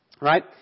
right